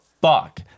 fuck